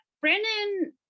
Brandon